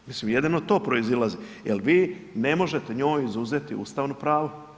Mislim jedino to proizilazi jer vi ne možete njoj izuzeti ustavno pravo.